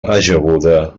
ajaguda